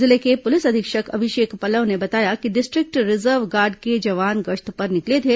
जिले के पुलिस अधीक्षक अभिषेक पल्लव ने बताया कि डिस्ट्रिक्ट रिजर्व गार्ड के जवान गश्त पर निकले थे